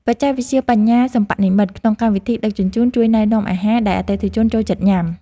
បច្ចេកវិទ្យាបញ្ញាសិប្បនិម្មិតក្នុងកម្មវិធីដឹកជញ្ជូន ជួយណែនាំអាហារដែលអតិថិជនចូលចិត្តញ៉ាំ។